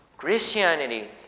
Christianity